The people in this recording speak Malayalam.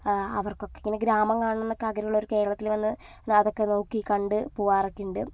അവർക്കൊക്കിങ്ങനെ ഗ്രാമം കാണണമെന്ന് ആഗ്രഹമുള്ളവർക്കൊക്കെ കേരളത്തിൽ വന്ന് അതൊക്കെ നോക്കി കണ്ട് പോകാറൊക്കെയുണ്ട്